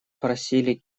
просили